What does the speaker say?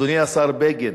אדוני השר בגין,